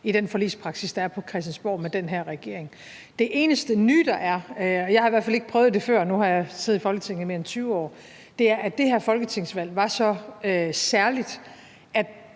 i den forligspraksis, der er på Christiansborg, med den her regering. Det eneste nye, der er, og jeg har i hvert fald ikke prøvet det før, og nu har jeg siddet i Folketinget i mere end 20 år, er, at det her folketingsvalg var så særligt,